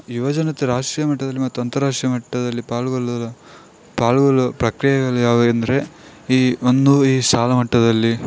ಯುವಜನತೆ ರಾಷ್ಟ್ರೀಯ ಮಟ್ಟದಲ್ಲಿ ಮತ್ತು ಅಂತರಾಷ್ಟ್ರೀಯ ಮಟ್ಟದಲ್ಲಿ ಪಾಲ್ಗೊಳ್ಳಲು ಪಾಲ್ಗೊಳ್ಳೊ ಪ್ರಕ್ರಿಯೆಗಳು ಯಾವು ಎಂದರೆ ಈ ಒಂದು ಈ ಶಾಲಾ ಮಟ್ಟದಲ್ಲಿ